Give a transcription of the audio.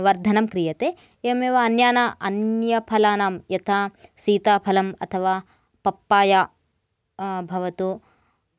वर्धनं क्रियते एवमेव अन्यानां अन्यफलानां यथा सीताफलम् अथवा पप्पाया भवतु